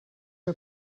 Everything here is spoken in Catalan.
que